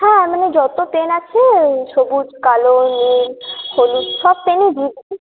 হ্যাঁ মানে যত পেন আছে সবুজ কালো নীল হলুদ সব পেনই দিয়ে দেবেন